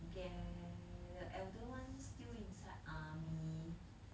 ga~ the elder one still inside army